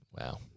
Wow